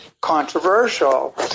controversial